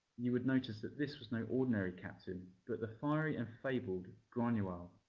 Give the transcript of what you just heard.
you would notice that this was no ordinary captain but the fiery and fabled granuaile,